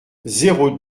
zéro